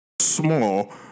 small